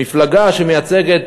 מפלגה שמייצגת